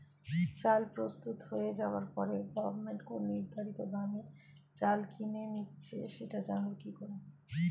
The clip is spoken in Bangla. চাল প্রস্তুত হয়ে যাবার পরে গভমেন্ট কোন নির্ধারিত দামে চাল কিনে নিচ্ছে সেটা জানবো কি করে?